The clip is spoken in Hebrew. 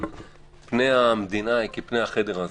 פני המדינה היא כפני החדר הזה.